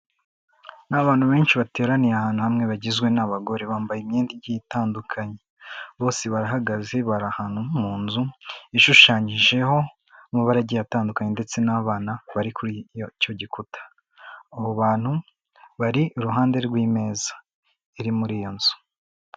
Ni abantu benshi bateraniye ahantu hamwe bagizwe n'abagore bambaye imyenda igiye itandukanye. Bose barahagaze bari ahantu mu nzu ishushanyijeho mu mabara agiye atandukanye ndetse n'abana bari kuri icyo gikuta. Abo bantu bari iruhande rw'imeza iri muri iyo nzu.